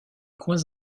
coins